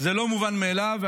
זה לא מובן מאליו,